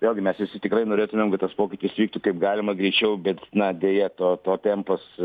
vėlgi mes visi tikrai norėtumėm kad tas pokytis vyktų kaip galima greičiau bet na deja to to tempas